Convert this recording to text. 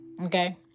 Okay